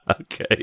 Okay